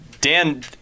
Dan